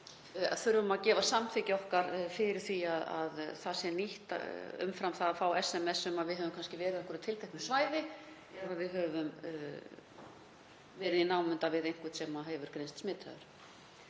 þurfum við að gefa samþykki okkar fyrir því að það sé nýtt umfram það að fá SMS um við höfum kannski verið á einhverju tilteknu svæði, ef við höfum verið í námunda við einhvern sem hefur greinst smitaður.